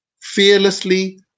fearlessly